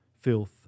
filth